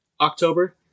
October